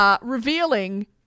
Revealing